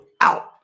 out